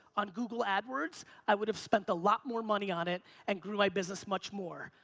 on google adwords, i would've spent a lot more money on it and grew my business much more.